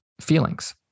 feelings